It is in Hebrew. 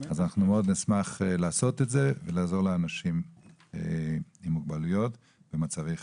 אנחנו מאוד נשמח לעשות את זה ולעזור לאנשים עם מוגבלויות במצבי חירום.